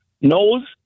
knows